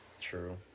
True